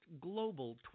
global